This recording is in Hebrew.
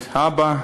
את האבא,